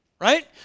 Right